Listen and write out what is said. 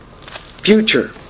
Future